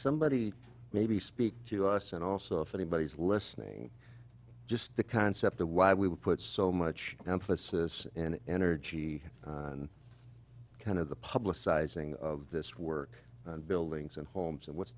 somebody maybe speak to us and also if anybody's listening just the concept of why we would put so much emphasis and energy and kind of the publicizing of this work and buildings and homes and what's